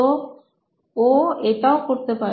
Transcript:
তো ও এটাও করতে পারে